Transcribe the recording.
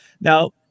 now